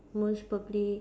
most probably